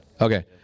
Okay